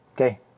okay